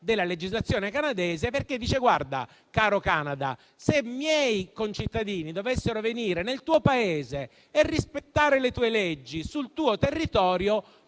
alla legislazione canadese, perché dice "guarda, caro Canada, se miei concittadini dovessero venire nel tuo Paese e rispettare le tue leggi sul tuo territorio,